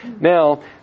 Now